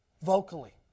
vocally